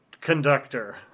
Conductor